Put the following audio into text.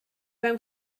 mewn